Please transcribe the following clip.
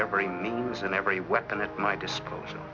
every means and every weapon at my disposal